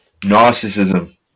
narcissism